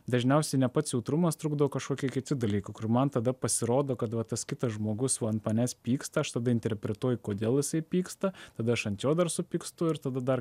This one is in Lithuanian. dažniausiai ne pats jautrumas trukdo o kažkokie kiti dalykai kur man tada pasirodo kad va tas kitas žmogus va ant manęs pyksta aš tada interpretuoju kodėl jisai pyksta tada aš ant jo dar supykstu ir tada dar